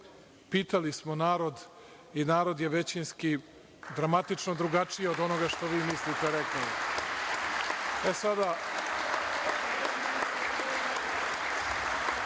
pitali smo narod i narod je većinski dramatično drugačiji od onoga što vi mislite rekao.(Poslanici